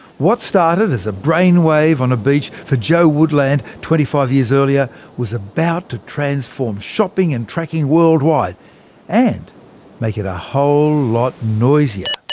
what had started as a brainwave on a beach for joe woodland twenty five years earlier was about to transform shopping and tracking worldwide and make it a whole lot noisier.